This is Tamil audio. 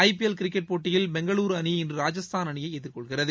ஐபிஎல் கிரிக்கெட் போட்டியில் பெங்களூருஅணி இன்று ராஜஸ்தான் அணியைஎதிர்கொள்கிறது